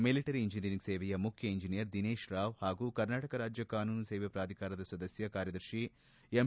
military engineering ಸೇವೆಯ ಮುಖ್ಯ engineer Dinesh Rao ಪಾಗೂ ಕರ್ನಾಟಕ ರಾಜ್ಯ ಕಾನೂನು ಸೇವೆ ಪ್ರಾಧಿಕಾರದ ಸದಸ್ಯ ಕಾರ್ಯದರ್ಶಿ ಎಂ